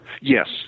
Yes